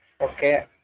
Okay